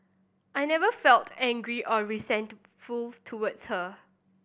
I never felt angry or resentful towards her